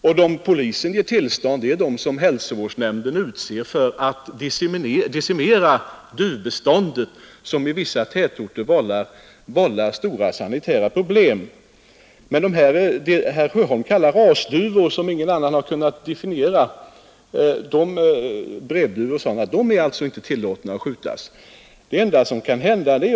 Och de personer som polisen har givit sitt tillstånd är desamma som hälsovårdsnämnden anställer för att decimera duvbeståndet därför att duvorna i vissa tätorter vållar stora sanitära problem. De djur som herr Sjöholm kallar för rasduvor — ett begrepp som ingen har kunnat definiera — brevduvor och liknande, är det förbjudet att skjuta.